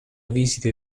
visite